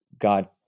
God